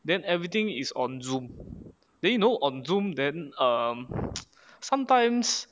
then everything is on zoom then you know on zoom then um sometimes